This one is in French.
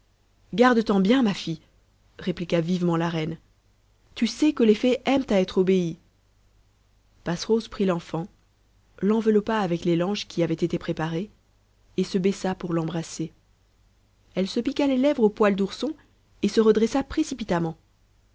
garde ten bien ma fille répliqua vivement la reine tu sais que les fées aiment à être obéies passerose prit l'enfant l'enveloppa avec les langes qui avaient été préparés et se baissa pour l'embrasser elle se piqua les lèvres aux poils d'ourson et se redressa précipitamment